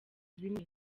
bimwe